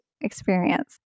experience